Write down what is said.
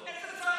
איזו צרה?